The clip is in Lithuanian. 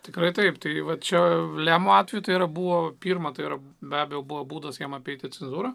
tikrai taip tyliai va čia problemų atveju tai yra buvo pirma tai yra be abejo buvo būdas jam apeiti cenzūrą